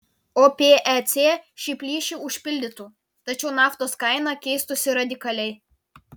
opec šį plyšį užpildytų tačiau naftos kaina keistųsi radikaliai